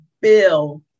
bill